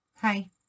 Hi